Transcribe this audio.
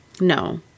No